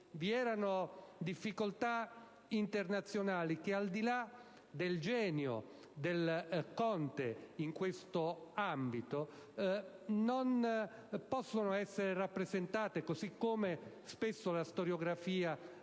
C'erano difficoltà internazionali che, al di là del genio del conte in questo ambito, non possono essere rappresentate come spesso ha colpevolmente